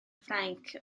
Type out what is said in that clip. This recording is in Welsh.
ffrainc